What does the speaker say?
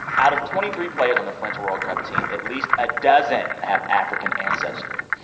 out of twenty three players on the french world cup team, at least a dozen have african ancestry.